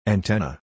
Antenna